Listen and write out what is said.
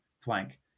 flank